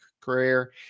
career